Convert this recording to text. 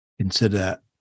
consider